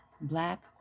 Black